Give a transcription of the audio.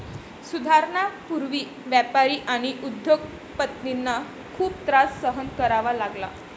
सुधारणांपूर्वी व्यापारी आणि उद्योग पतींना खूप त्रास सहन करावा लागला